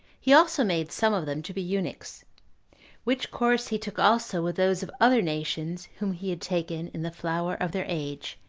he also made some of them to be eunuchs which course he took also with those of other nations whom he had taken in the flower of their age,